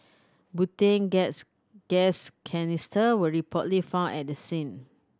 butane gas gas canister were reportedly found at the scene